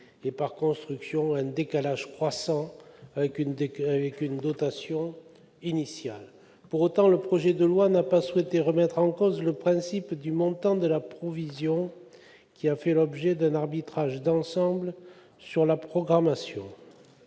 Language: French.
et, par conséquent, à un décalage croissant avec une dotation initiale. Pour autant, le présent projet de loi ne vise pas à remettre en cause le principe du montant de la provision qui a fait l'objet d'un arbitrage d'ensemble sur la programmation.